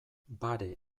bare